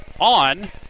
on